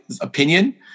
opinion